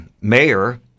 mayor